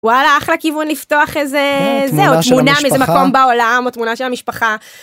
וואלה אחלה כיוון לפתוח איזה תמונה מאיזה מקום בעולם או תמונה של המשפחה.